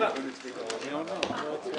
הישיבה ננעלה בשעה